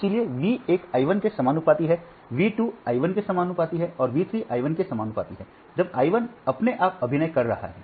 इसलिए V एक I 1 के समानुपाती है V 2 I 1 के समानुपाती है और V 3 I 1 के समानुपाती है जब I 1 अपने आप अभिनय कर रहा है